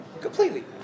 completely